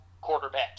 quarterback